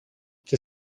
και